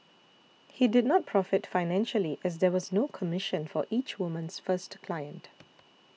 he did not profit financially as there was no commission for each woman's first client